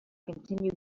continue